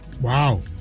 Wow